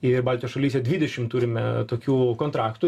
ir baltijos šalyse dvidešim turime tokių kontraktų